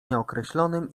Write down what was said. nieokreślonym